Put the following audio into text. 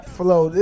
flow